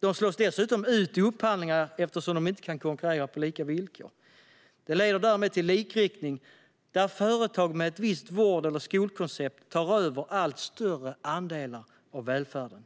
De slås dessutom ut i upphandlingar eftersom de inte kan konkurrera på lika villkor. Det leder därmed till en likriktning där företag med ett visst vård eller skolkoncept tar över allt större andelar av välfärden.